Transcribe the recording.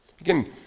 Again